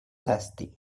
tasty